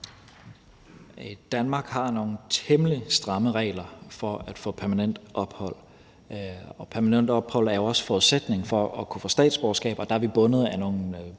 Danmark har nogle temmelig stramme regler for at få permanent ophold, og permanent ophold er jo også forudsætningen for at kunne få statsborgerskab, og der er vi bundet af nogle